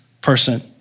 person